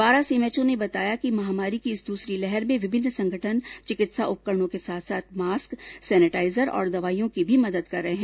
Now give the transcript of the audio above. बांरा सीएमएचओ ने बताया कि महामारी की इस दूसरी लहर में विभिन्न संगठन चिकित्सा उपकरणों के साथ साथ मास्क सैनेटाइजर और दवाईयों की भी मदद कर रहे है